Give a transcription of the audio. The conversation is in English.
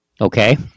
Okay